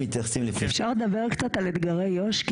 אפשר לדבר קצת על אתגרי יו"ש?